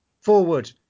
forward